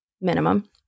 minimum